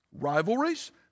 Rivalries